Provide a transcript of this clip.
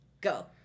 Go